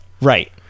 right